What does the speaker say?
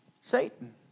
Satan